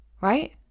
right